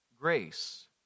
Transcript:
grace